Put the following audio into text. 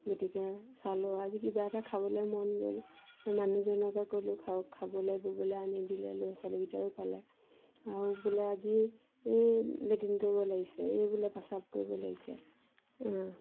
গতিকে চালোঁ আজি কিবা এটা খাবলে মন গ'ল মই মানুহজনকে ক'লোঁ খাওঁ খাবলে ব'বলে আনি দিলে ল'ছালিকিটাইও পালে আৰু বোলে আজি এই লেট্ৰিন কৰিব লাগিছে এই বোলে পেচাব কৰিব লাগিছে